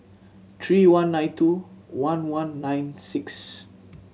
three one nine two one one nine six